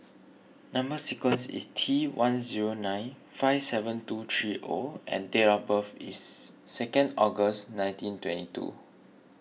Number Sequence is T one zero nine five seven two three O and date of birth is second August nineteen twenty two